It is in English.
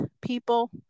people